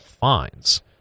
fines